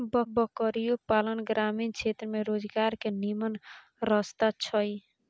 बकरियो पालन ग्रामीण क्षेत्र में रोजगार के निम्मन रस्ता छइ